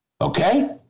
Okay